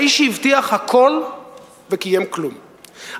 האיש שהבטיח הכול וקיים כלום.